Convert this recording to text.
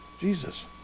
Jesus